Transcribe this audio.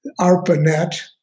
ARPANET